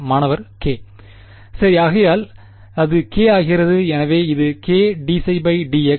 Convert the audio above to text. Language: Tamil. மாணவர் k சரி ஆகையால் அது k ஆகிறது எனவே இது k dψ dx